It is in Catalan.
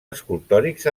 escultòrics